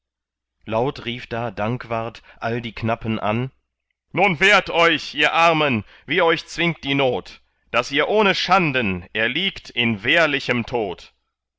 laut rief da dankwart all die knappen an ihr seht wohl edle knechte es ist um uns getan nun wehrt euch ihr armen wie euch zwingt die not daß ihr ohne schanden erliegt in wehrlichem tod